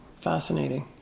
Fascinating